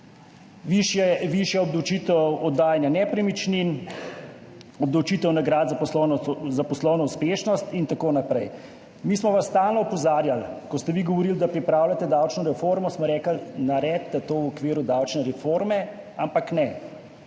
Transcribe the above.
višja obdavčitev oddajanja nepremičnin, obdavčitev nagrad za poslovno uspešnost in tako naprej. Mi smo vas stalno opozarjali. Ko ste vi govorili, da pripravljate davčno reformo, smo rekli, naredite to v okviru davčne reforme, ampak ne.